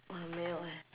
我的没有 eh